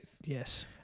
Yes